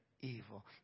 evil